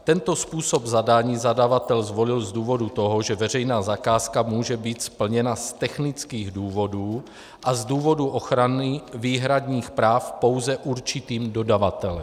Tento způsob zadání zadavatel zvolil z důvodu toho, že veřejná zakázka může být splněna z technických důvodů a z důvodu ochrany výhradních práv pouze určitým dodavatelem.